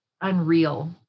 unreal